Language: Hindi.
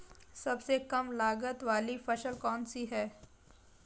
सबसे कम लागत वाली फसल कौन सी है?